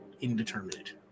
indeterminate